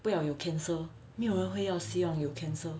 不要有 cancer 没有人会要希望有 cancer